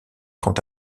quant